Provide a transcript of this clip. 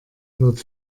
wird